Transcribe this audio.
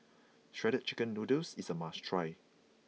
Shredded Chicken Noodles is a must try